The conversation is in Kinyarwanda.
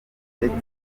ndetse